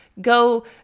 go